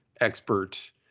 expert